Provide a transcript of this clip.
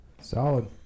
Solid